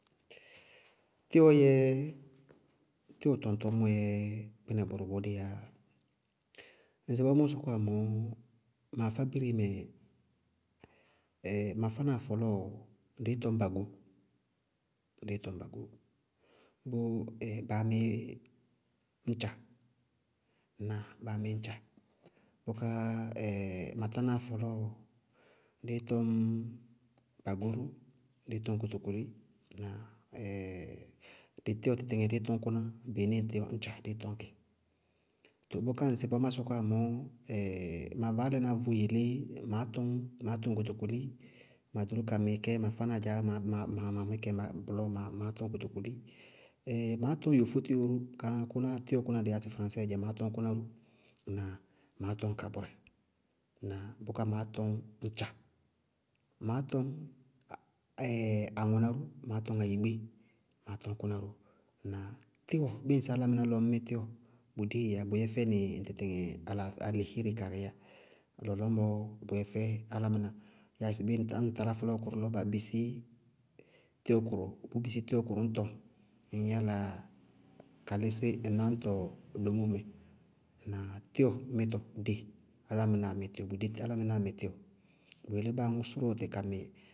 Tíwɔ yɛ, tíwɔ tɔŋtɔñmɔ yɛ kpínɛ bʋrʋ bʋbɔɔɔ yá. Ŋsɩbɔɔ mʋʋ sɔkɔwá mɔɔ mafábíre mɛ, ɛɛɛ mafánáa fɔlɔɔ, dɩí tɔñ bagó, dɩí tɔñ bagó, bʋʋ baá mí ñtcha, ŋnáa? Baá mí ñtcha, bʋká ɛɛɛ matánáa fɔlɔɔ, dɩí tɔñ bagó ró, dɩí tɔñ kotokoli. Ŋnáa? dɩ tíwɔ tɩtɩŋɛ dɩí tɔñ kʋná, beenɛɛ tíwɔ, ñtcha, dɩí tɔñ kɩ, bʋká ŋsɩbɔɔ dí sɔkɔwá mɔɔ, ma vaálaná vʋ yelé maá tɔñ kotokoli, ma ɖoró ka mɩkɛ mafánáa dzaáá mamíkɛ maá tɔñ kotokoli, maá tɔñ yofotíwɔ ró tíwɔ kʋnáá dɩí yá fraŋsɛɛ dzɛ maá tɔñ kʋnáró, maá tɔñ ayigbé, maá tɔñ kʋná ró. Tíwɔ, bíɩ ŋsɩ álámɩná lɔ ŋñ mí tíwɔ, bʋdée yá, bʋyɛ fɛnɩ ŋñtítí níí alaa alihééri karɩí yá, lɔlɔñbɔɔ bʋyɛ fɛ álámɩná. Yáa sɩbé ñŋsɩ ŋtalá fɔlɔɔkʋrʋ lɔ ba bisí tíwɔ kʋrʋ, bʋʋ bisí tíwɔ kʋrʋ ñ tɔŋ, ŋñ yála ka lísí ŋ náñtɔ lomóo mɛ. Ŋnáa? Tíwɔ mítɔ dée bʋdé álámɩnáá mɩ tíwɔ bʋdé, álámɩnáá mɩ tíwɔ. Bʋyelé báa aŋʋʋ sʋrʋ ɔtɩ kamɩ.